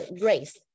Grace